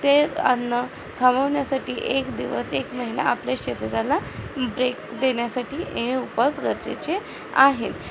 ते अन्न थमवण्यासाठी एक दिवस एक महिना आपल्या शरीराला ब्रेक देण्यासाठी हे उपास गरजेचे आहेत